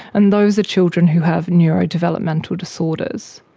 and those are children who have neurodevelopmental disorders.